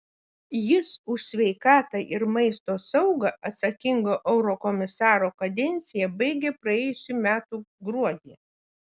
jis už sveikatą ir maisto saugą atsakingo eurokomisaro kadenciją baigė praėjusių metų gruodį